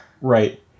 Right